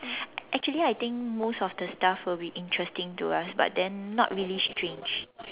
actually I think most of the stuff would be interesting to us but then not really strange